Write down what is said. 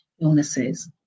illnesses